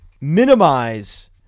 minimize